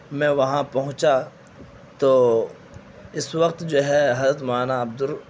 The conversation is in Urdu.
میں وہاں پہنچا تو اس وقت جو ہے حضرت مولانا عبد